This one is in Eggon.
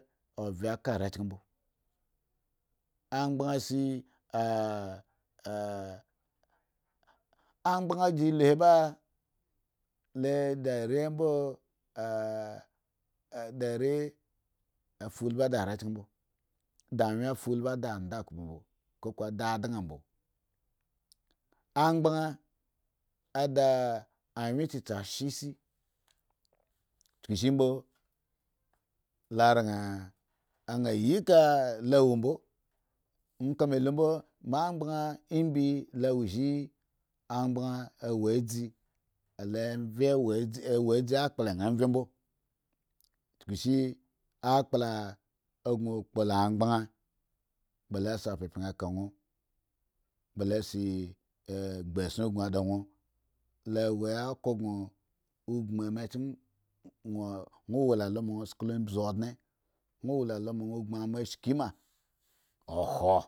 angban shi agbanji io heba de are mbo a fa ulbi du are chan mbo anwye fa ulbide adan mbo koko andakubu mbo angban da amye tsitsi a shye si chukushi mbo laran an yika balo wombo mbi lowo shi shsban lowo adzi la vye wa dzi akpla an vye mbo akapla gon kpola anghban ba losa pyayan ka won la wo oko gon gbmu ma chen won wokangh ma won sku lo gbmu also shiki ma won wo lalo ma won gbuu ma ship ma okhwo